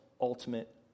ultimate